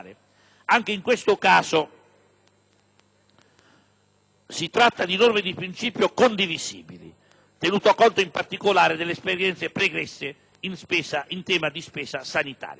Anche in questo caso, si tratta di norme di principio condivisibili, tenuto conto in particolare delle esperienze in tema di spesa sanitaria.